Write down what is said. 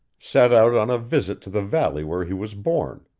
set out on a visit to the valley where he was born.